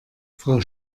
frau